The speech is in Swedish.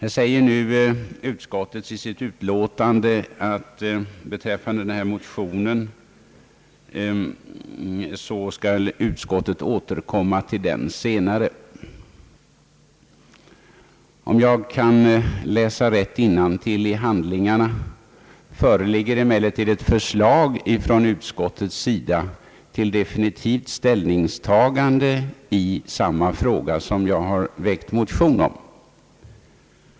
Utskottet säger i sitt memorial att utskottet skall återkomma vid senare tillfälle beträffande denna motion. Om jag kan läsa rätt innantill i handlingarna, föreligger emellertid ett förslag från utskottets sida till definitivt ställningstagande i samma fråga som jag har väckt motion om.